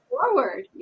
forward